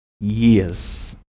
Years